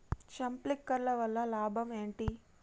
Sprinkler వల్ల లాభం ఏంటి?